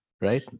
right